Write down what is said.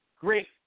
Great